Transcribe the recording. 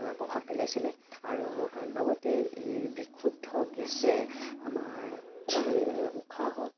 প্ৰভাৱ পেলাইছিলে আৰু লগতে এই বিশুদ্ধ গেছে আমাৰ উশাহত